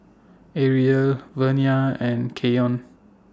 Areli Vernia and Keyon